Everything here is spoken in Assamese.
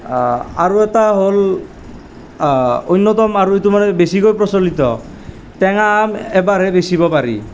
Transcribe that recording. আৰু এটা হ'ল অন্যতম আৰু এইটো মানে বেছিকৈ প্ৰচলিত টেঙা আম এবাৰহে বেচিব পাৰি